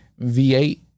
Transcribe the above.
V8